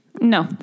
No